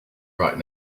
right